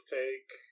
take